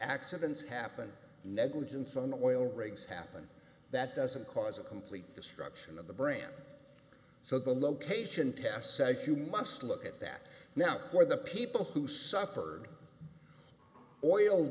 accidents happen negligence on oil rigs happen that doesn't cause a complete destruction of the brain so the location tests you must look at that now for the people who suffered oil